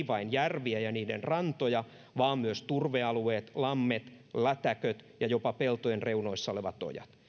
vain järviä ja niiden rantoja vaan myös turvealueet lammet lätäköt ja jopa peltojen reunoissa olevat ojat